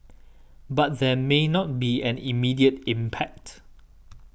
but there may not be an immediate impact